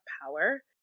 power